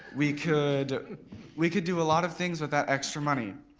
we could we could do a lot of things with that extra money.